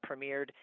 premiered